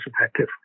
effective